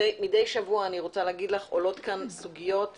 מדי שבוע עולות כאן בעיות וסוגיות